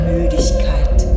Müdigkeit